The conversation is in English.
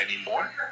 anymore